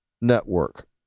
network